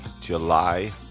July